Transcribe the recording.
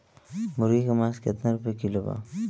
मुर्गी के मांस केतना रुपया किलो बा?